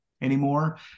anymore